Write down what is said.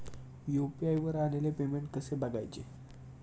UPI वर आलेले payment कसे बघायचे?